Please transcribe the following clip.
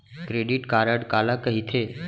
Credit card काला कहिथे?